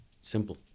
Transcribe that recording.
simple